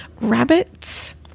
rabbits